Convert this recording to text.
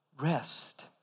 rest